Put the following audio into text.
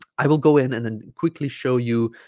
i will go in and then quickly show you